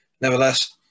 nevertheless